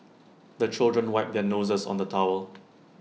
the children wipe their noses on the towel